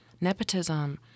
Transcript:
nepotism